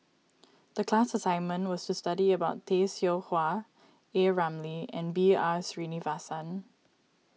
the class assignment was to study about Tay Seow Huah A Ramli and B R Sreenivasan